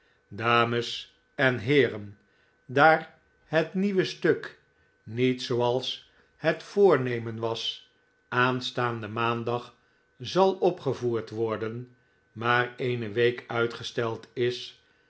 dames en heeren daar het nieuwe stuk niet zooals het voornemen was aanstaanden maandag zal opgevoerd worden maar eene week uitgesteld is